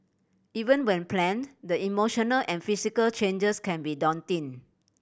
even when planned the emotional and physical changes can be daunting